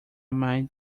mind